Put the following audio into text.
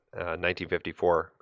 1954